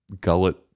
gullet